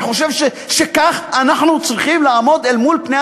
אני חושב שכך אנחנו צריכים לעמוד אל מול פני